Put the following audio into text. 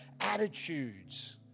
attitudes